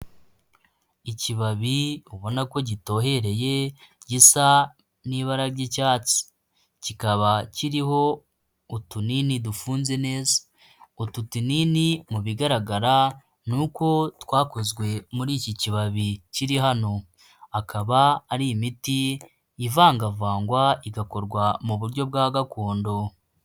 Ikibabi ubona ko gitohereye gisa n'ibara ry'icyatsi, kikaba kiriho utunini dufunze neza. Utu tunini mu bigaragara ni uko twakozwe muri iki kibabi kiri hano, akaba ari imiti ivangavangwa igakorwa mu buryo bwa gakondo.